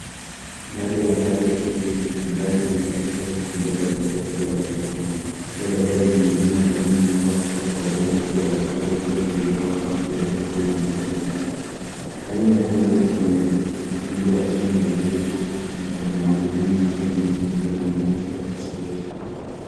Gari la rangi ya kijivu Hyundai limeegeshwa usiku mbele ya jengo kubwa la viwanda. Taa za gari zimezima lakini mwanga kutoka kwa bango kubwa la Cargo Jet lilowaka juu ya jengo unaangazia mandhari. Rangi nyekundu kwenye ukingo wa chini wa gari na kwenye magurudumu yake yameusongeza mguso wa spoti.